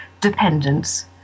dependence